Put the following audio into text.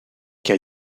que